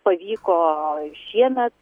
pavyko šiemet